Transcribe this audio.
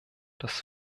das